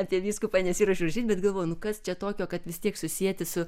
apie vyskupą nesiruošiau rašyt bet galvoju kas čia tokio kad vis tiek susieti su